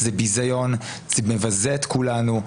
זה ביזיון, זה מבזה את כולנו.